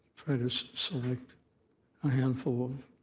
try to so select a handful of